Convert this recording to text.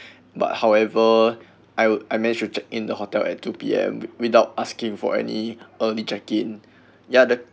but however I I managed to check in the hotel at two pm without asking for any early check in ya the